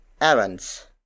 errands